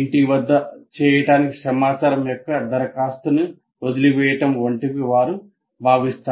ఇంటి వద్ద చేయటానికి సమాచారం యొక్క దరఖాస్తును వదిలివేయడం వంటివి వారు భావిస్తారు